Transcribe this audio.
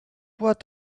what